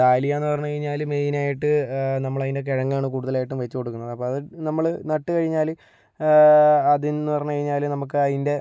ഡാലിയയെന്ന് പറഞ്ഞ് കഴിഞ്ഞാൽ മെയിനായിട്ട് നമ്മളതിൻ്റെ കിഴങ്ങാണ് കൂടുതലായിട്ടും വെച്ച് കൊടുക്കണത് അപ്പോൾ അത് നമ്മൾ നട്ടു കഴിഞ്ഞാൽ അതിൽനിന്ന് പറഞ്ഞു കഴിഞ്ഞാൽ നമുക്ക് അതിൻ്റെ